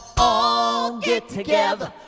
all get together.